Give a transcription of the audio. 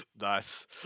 Nice